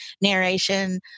narration